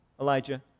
Elijah